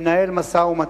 לנהל משא-ומתן.